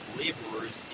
laborers